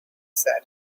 said